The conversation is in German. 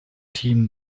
team